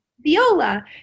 Viola